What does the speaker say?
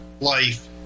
life